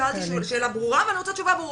שאלתי שאלה ברורה ואני רוצה תשובה ברורה.